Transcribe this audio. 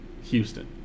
Houston